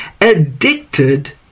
addicted